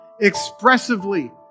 expressively